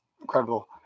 Incredible